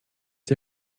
die